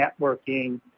networking